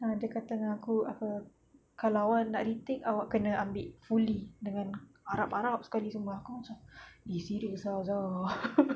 ah dia kata dengan aku apa kalau awak nak retake awak kena ambil fully dengan arab arab sekali semua aku macam eh serious ah ustazah